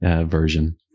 version